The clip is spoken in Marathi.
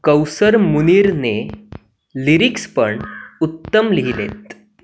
कौसर मुनिरने लिरिक्स पण उत्तम लिहिले आहेत